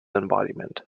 embodiment